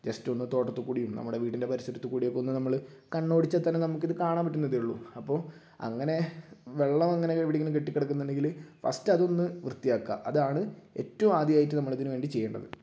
ജസ്റ്റൊന്ന് തോട്ടത്തിൽ കൂടിയും നമ്മുടെ വീടിൻ്റെ പരിസരത്ത് കൂടിയൊക്കെ ഒന്ന് നമ്മൾ കണ്ണോടിച്ചാൽ തന്നെ നമുക്ക് ഇത് കാണാൻ പറ്റുന്നതേ ഉള്ളൂ അപ്പോൾ അങ്ങനെ വെള്ളം അങ്ങനെ എവിടെയെങ്കിലും കെട്ടികിടക്കുന്നുണ്ടെങ്കിൽ ഫസ്റ്റ് അതൊന്ന് വൃത്തിയാക്കുക അതാണ് ഏറ്റവും ആദ്യമായിട്ട് നമ്മളിതിന് വേണ്ടി ചെയ്യേണ്ടത്